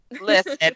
listen